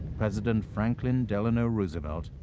president franklin delano roosevelt,